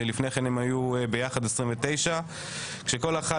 כשלפני כן הם היו ביחד 29 וכל אחת